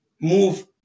move